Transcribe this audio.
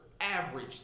average